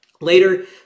Later